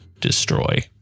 destroy